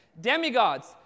Demigods